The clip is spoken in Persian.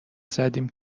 زدیم